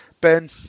Ben